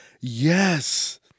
Yes